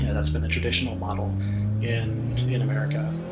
that's been the traditional model in in america.